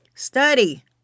study